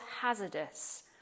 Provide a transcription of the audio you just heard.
hazardous